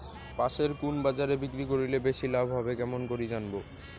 পাশের কুন বাজারে বিক্রি করিলে বেশি লাভ হবে কেমন করি জানবো?